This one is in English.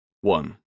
One